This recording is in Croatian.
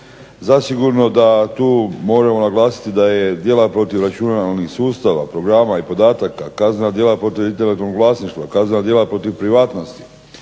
Zasigurno da tu možemo naglasiti da je djela protiv računalnih sustava, programa i podataka, kaznena djela protiv intelektualnog vlasništva, kaznena djela protiv privatnosti,